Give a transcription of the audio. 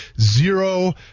Zero